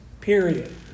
period